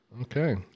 Okay